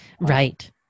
Right